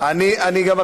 אני גם,